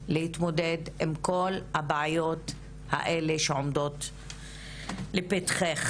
כדי להתמודד עם כל הבעיות האלה שעומדות לפתחך.